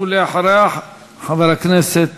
ואחריה, חבר הכנסת